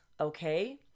okay